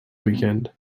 weekend